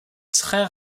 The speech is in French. très